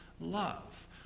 love